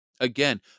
Again